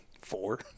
four